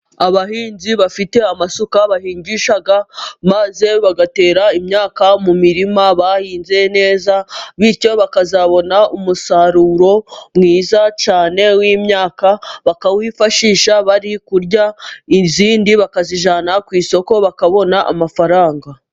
Abahinzi bafite amasuka bahingisha maze bagatera imyaka mu mirima bahinze neza, bityo bakazabona umusaruro mwiza cyane w'imyaka bakawifashisha bari kurya ,indi bakayijyana ku isoko bakabona amafaranga.